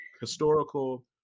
historical